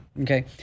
Okay